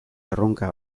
erronka